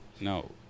No